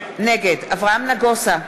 נגד אברהם נגוסה,